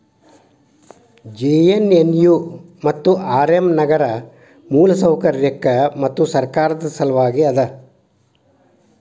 JNNU ಮತ್ತು RM ನಗರ ಮೂಲಸೌಕರ್ಯಕ್ಕ ಮತ್ತು ಸರ್ಕಾರದ್ ಸಲವಾಗಿ ಅದ